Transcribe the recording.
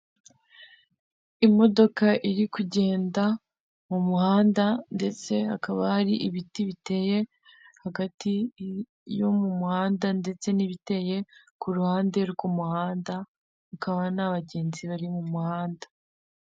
Imodoka iri kugenda mu muhanda ndetse hakaba hari ibiti biteye hagati yo mu muhanda ndetse n'ibiteye ku ruhande rw'umuhanda, hakaba nta bagenzi bari mu muhanda.